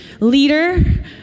leader